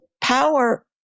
power